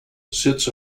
sits